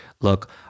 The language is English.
Look